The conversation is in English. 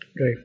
right